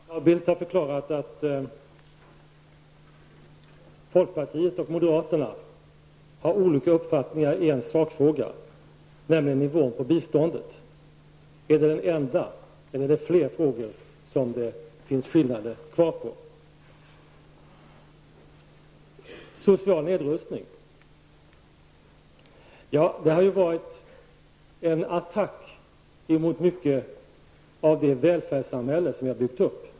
Fru talman! Carl Bildt har förklarat att folkpartiet och moderaterna har olika uppfattningar i en sakfråga, nämligen nivån på biståndet. Är det den enda, eller är det fler frågor där det finns skillnader kvar? När det gäller social nedrustning vill jag säga att det har varit en attack mot mycket av det välfärdssamhälle som vi har byggt upp.